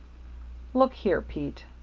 look here, pete.